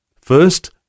First